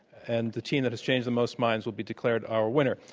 and the team that has changed the most minds will be declared our winner.